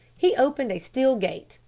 he opened a steel gate,